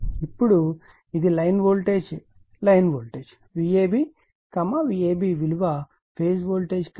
కాబట్టి ఇప్పుడు ఇది line voltage line voltage Vab Vab విలువ ఫేజ్ వోల్టేజ్ కంటే కోణం 300 ముందు ఉంటుంది